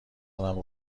دارم